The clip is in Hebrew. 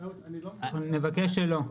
אני מבקש שלא.